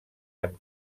amb